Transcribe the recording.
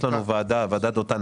יש לנו ועדת דותן,